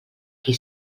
qui